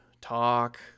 talk